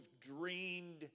dreamed